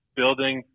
building